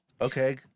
Okay